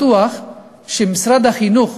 אני בטוח שמשרד החינוך,